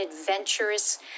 adventurous